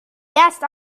guest